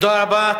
תודה רבה.